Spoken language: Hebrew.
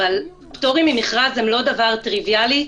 פטורים ממכרז הם לא דבר טריוויאלי.